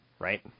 Right